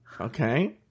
Okay